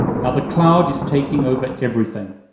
now, the cloud is taking over everything.